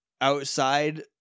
outside